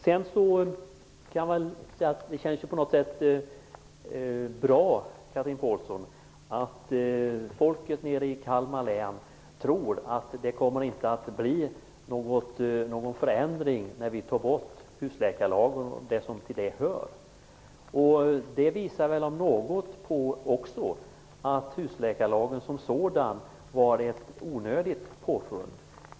Sedan kan man säga att det på något sätt känns bra, Chatrine Pålsson, att folket nere i Kalmar län tror att det inte kommer att bli någon förändring när vi tar bort husläkarlagen och det som till den hör. Det visar väl om något också på att husläkarlagen som sådan var ett onödigt påfund.